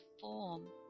form